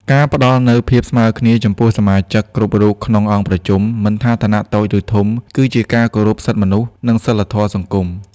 ការផ្តល់នូវ "ភាពស្មើគ្នា" ចំពោះសមាជិកគ្រប់រូបក្នុងអង្គប្រជុំ មិនថាឋានៈតូចឬធំ គឺជាការគោរពសិទ្ធិមនុស្ស និងសីលធម៌សង្គម។